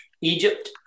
Egypt